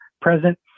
present